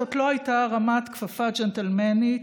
זאת לא הייתה הרמת כפפה ג'נטלמנית,